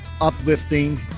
uplifting